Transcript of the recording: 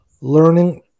learning